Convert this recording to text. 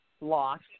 lost